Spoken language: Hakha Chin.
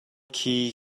khi